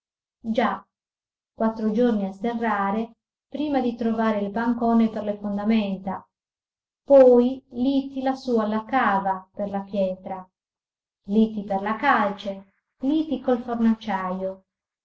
già quattro giorni a sterrare prima di trovare il pancone per le fondamenta poi liti lassù alla cava per la pietra liti per la calce liti col